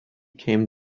came